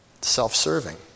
Self-serving